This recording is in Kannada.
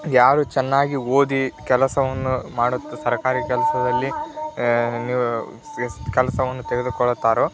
ಯಾರು ಚೆನ್ನಾಗಿ ಓದಿ ಕೆಲಸವನ್ನು ಮಾಡುತ್ತೆ ಸರ್ಕಾರಿ ಕೆಲಸದಲ್ಲಿ ನೀವು ಸ್ ಕೆಲಸವನ್ನು ತೆಗೆದುಕೊಳ್ಳುತ್ತಾರೋ